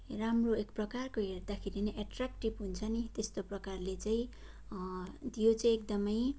राम्रो एक प्रकारको हेर्दाखेरि नै एट्रेक्टिभ हुन्छ नि त्यस्तो प्रकारले चाहिँ यो चाहिँ एकदमै